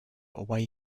away